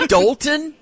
Dalton